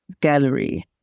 gallery